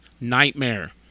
Nightmare